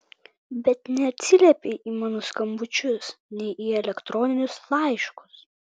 bet neatsiliepei į mano skambučius nei į elektroninius laiškus